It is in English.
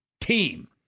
team